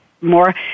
more